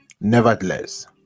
Nevertheless